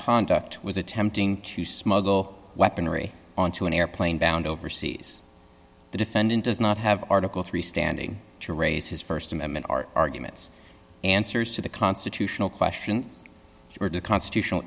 conduct was attempting to smuggle weaponry onto an airplane bound overseas the defendant does not have article three standing to raise his st amendment are arguments answers to the constitutional questions or to constitutional